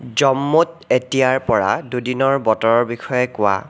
জম্মুত এতিয়াৰ পৰা দুদিনৰ বতৰৰ বিষয়ে কোৱা